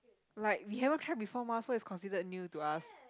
like we haven't try before mah so it's considered new to us